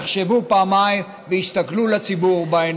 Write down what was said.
יחשבו פעמיים ויסתכלו לציבור בעיניים.